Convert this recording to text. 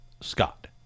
Scott